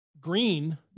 green